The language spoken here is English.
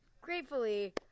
gratefully